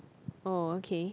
oh okay